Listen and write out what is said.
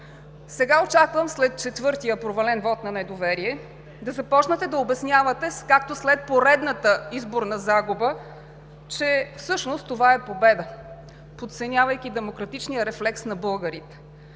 Сега очаквам след четвъртия провален вот на недоверие да започнете да обяснявате, както след поредната изборна загуба, че всъщност това е победа, подценявайки демократичния рефлекс на българите.